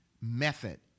method